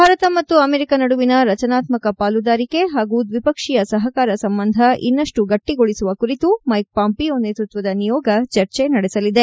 ಭಾರತ ಮತ್ತು ಅಮೆರಿಕ ನಡುವಿನ ರಚನಾತ್ಮಕ ಪಾಲುದಾರಿಕೆ ಹಾಗೂ ದ್ವಿಪಕ್ಷೀಯ ಸಹಕಾರ ಸಂಬಂಧ ಇನ್ನಷ್ಟು ಗಟ್ಟಿಗೊಳಿಸುವ ಕುರಿತು ಮೈಕ್ ಪಾಂಪಿಯೋ ನೇತೃತ್ವದ ನಿಯೋಗ ಚರ್ಚೆ ನಡೆಸಲಿದೆ